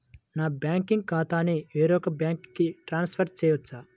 నా బ్యాంక్ ఖాతాని వేరొక బ్యాంక్కి ట్రాన్స్ఫర్ చేయొచ్చా?